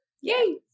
yay